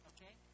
Okay